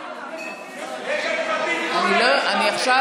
אני הולכת לפי